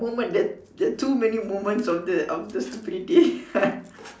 moment the the too many moments of the of the stupidity